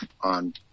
on